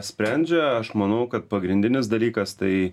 sprendžia aš manau kad pagrindinis dalykas tai